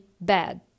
bad